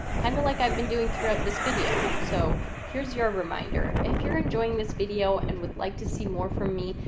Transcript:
kind of like i've been doing throughout this video. so here's your reminder. if you're enjoying this video and would like to see more from me,